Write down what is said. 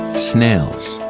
snails.